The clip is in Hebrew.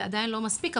זה עדיין לא מספיק,